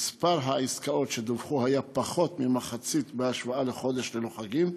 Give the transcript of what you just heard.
מספר העסקאות שדווחו היה פחות ממחצית בהשוואה לחודש ללא חגים.